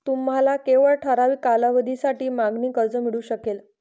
तुम्हाला केवळ ठराविक कालावधीसाठी मागणी कर्ज मिळू शकेल